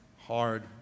hard